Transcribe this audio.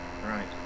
Right